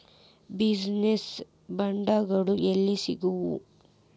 Business ಬಾಂಡ್ಗಳು ಯೆಲ್ಲಿ ಸಿಗ್ತಾವ?